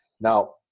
Now